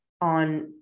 on